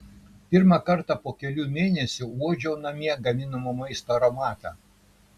pirmą kartą po kelių mėnesių uodžiau namie gaminamo maisto aromatą